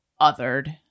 othered